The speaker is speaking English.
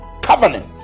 covenant